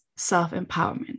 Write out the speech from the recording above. self-empowerment